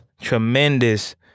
tremendous